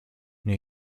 new